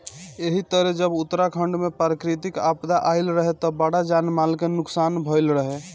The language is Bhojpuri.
एही तरे जब उत्तराखंड में प्राकृतिक आपदा आईल रहे त बड़ा जान माल के नुकसान भईल रहे